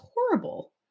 horrible